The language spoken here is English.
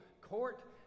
court